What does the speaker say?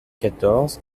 quatorze